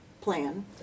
plan